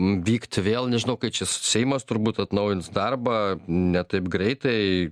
vykt vėl nežinau kad šis seimas turbūt atnaujins darbą ne taip greitai